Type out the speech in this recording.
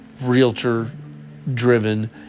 realtor-driven